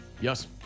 yes